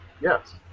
Yes